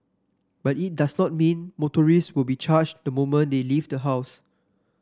but it does not mean motorists will be charged the moment they leave the house